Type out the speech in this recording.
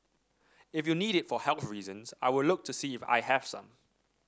if you need it for health reasons I will look to see if I have some